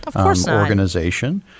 organization